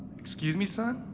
excuse me son,